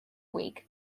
week